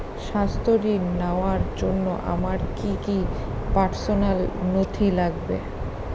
স্বাস্থ্য ঋণ নেওয়ার জন্য আমার কি কি পার্সোনাল নথি লাগবে?